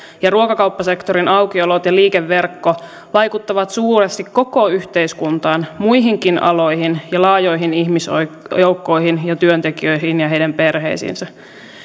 ja ruokakauppasektorin aukiolot ja liikeverkko vaikuttavat suuresti koko yhteiskuntaan muihinkin aloihin ja laajoihin ihmisjoukkoihin ja työntekijöihin ja heidän perheisiinsä